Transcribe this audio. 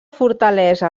fortalesa